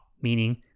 meaning